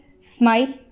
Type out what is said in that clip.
smile